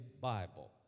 Bible